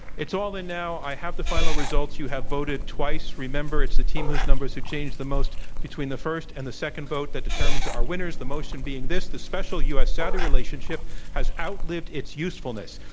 it's all in now. i have the final results. you have voted twice. remember, it's the team whose numbers have changed the most between the first and the second vote that determines our winners the motion being this, the special u. s. saudi relationship has outlived its usefulness.